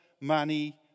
money